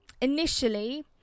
Initially